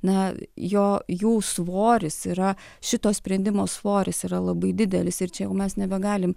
na jo jų svoris yra šito sprendimo svoris yra labai didelis ir čia jau mes nebegalim